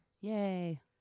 Yay